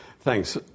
Thanks